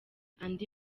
andi